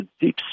deep